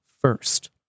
first